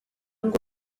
ngo